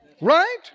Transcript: Right